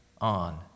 on